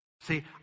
see